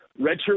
redshirt